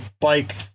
bike